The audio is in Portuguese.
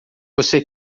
você